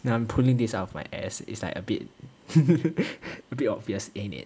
no I'm pulling this out of my ass it's like a bit a bit obvious ain't it